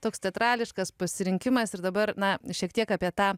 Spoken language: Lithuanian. toks teatrališkas pasirinkimas ir dabar na šiek tiek apie tą